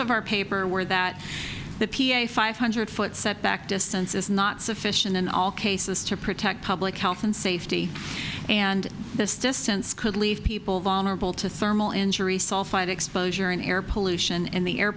of our paper were that the p a five hundred foot setback distance is not sufficient in all cases to protect public health and safety and this distance could leave people vulnerable to thermal injury sulfite exposure an air pollution in the air